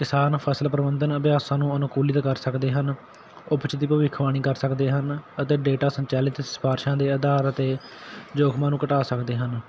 ਕਿਸਾਨ ਫ਼ਸਲ ਪ੍ਰਬੰਧਨ ਅਭਿਆਸਾਂ ਨੂੰ ਅਨੁਕੂਲਿਤ ਕਰ ਸਕਦੇ ਹਨ ਉਹ ਪੁੱਛਦੀ ਭਵਿੱਖਬਾਣੀ ਕਰ ਸਕਦੇ ਹਨ ਅਤੇ ਡੇਟਾ ਸੰਚਾਲਿਤ ਸਿਫਾਰਿਸ਼ਾਂ ਦੇ ਆਧਾਰ ਅਤੇ ਜੋਖ਼ਮਾਂ ਨੂੰ ਘਟਾ ਸਕਦੇ ਹਨ